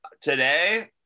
today